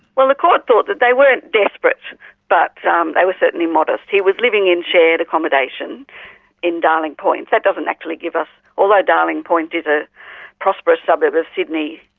well, the court thought that they weren't desperate but um they were certainly modest he was living in shared accommodation in darling point. that doesn't actually give us, although darling point is a prosperous suburb of sydney,